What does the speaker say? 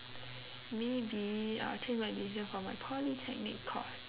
maybe I will change my decision for my polytechnic course